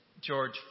george